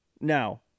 now